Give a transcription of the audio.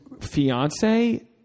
fiance